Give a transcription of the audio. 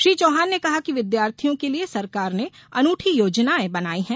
श्री चौहान ने कहा कि विद्यार्थियों के लिये सरकार अनूठी योजनायें बनाई हैं